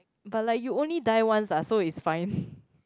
but like you only die once so it is fine